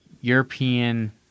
European